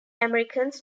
americans